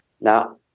Now